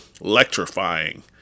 electrifying